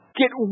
get